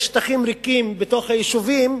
יש שטחים ריקים בתוך היישובים,